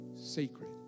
sacred